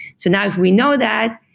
so now if we know that,